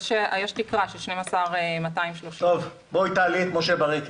יש תקרה של 12,230. תעלו את משה ברקת.